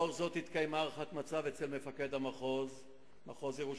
לפיכך התקיימה הערכת מצב אצל מפקד מחוז ירושלים